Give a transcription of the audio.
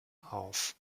auf